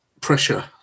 pressure